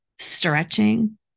stretching